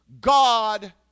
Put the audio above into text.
God